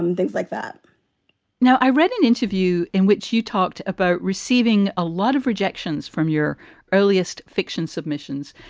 um things like that now, i read an interview in which you talked about receiving a lot of rejections from your earliest fiction submissions.